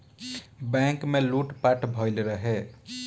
bank में लूट पाट भईल रहे